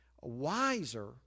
wiser